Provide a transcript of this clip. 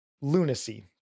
lunacy